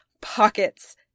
pockets